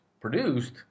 produced